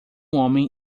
homem